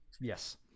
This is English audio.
Yes